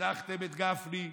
הדחתם את גפני.